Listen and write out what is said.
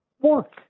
work